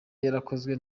yarakozwe